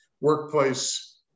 workplace